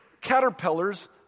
caterpillars